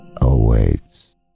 awaits